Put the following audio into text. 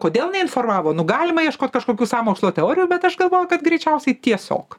kodėl neinformavo nu galima ieškot kažkokių sąmokslo teorijų bet aš galvoju kad greičiausiai tiesiog